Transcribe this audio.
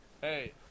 Hey